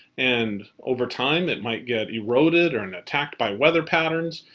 and over time, it might get eroded or and attacked by weather patterns,